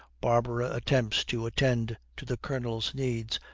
barbara attempts to attend to the colonel's needs.